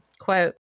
quote